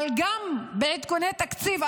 אבל גם בעדכוני תקציב,